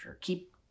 keep